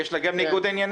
יש לה גם ניגוד עניינים?